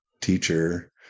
teacher